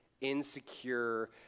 insecure